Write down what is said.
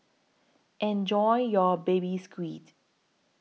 Enjoy your Baby Squid